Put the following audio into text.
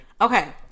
okay